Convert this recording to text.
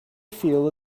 feel